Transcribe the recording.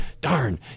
darn